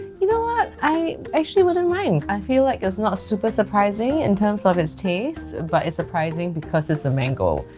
you know what i actually wouldn't mind. i feel like it's not super surprising in terms of its taste but it's surprising because it's a mango.